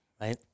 right